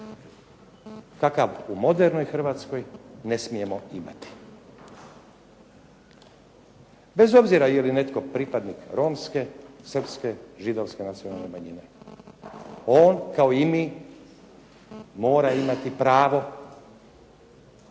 kakav u modernoj Hrvatskoj ne smijemo imati. Bez obzira je li netko pripadnik romske, srpske, židovske nacionalne manjine on kao i mi mora imati pravo